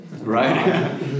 Right